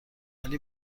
ولی